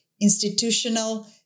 institutional